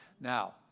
Now